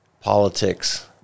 politics